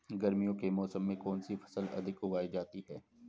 गर्मियों के मौसम में कौन सी फसल अधिक उगाई जाती है?